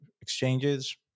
exchanges